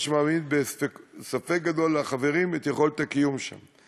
מה שמעמיד בספק גדול את יכולת הקיום של החברים שם.